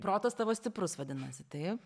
protas tavo stiprus vadinasi taip